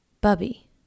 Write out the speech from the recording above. Bubby